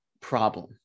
problem